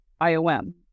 IOM